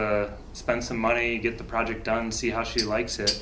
of spend some money get the project done see how she likes it